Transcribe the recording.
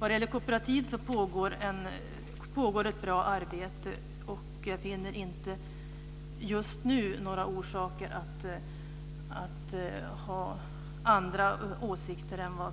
När det gäller kooperativ pågår ett bra arbete, och jag finner inte just nu några orsaker till att ha andra åsikter än vad